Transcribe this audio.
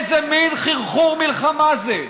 איזה מין חרחור מלחמה זה?